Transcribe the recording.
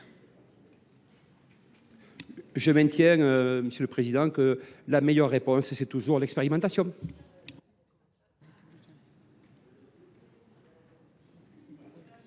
le maintiens, monsieur le président : la meilleure réponse est toujours l’expérimentation.